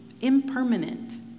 impermanent